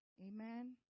Amen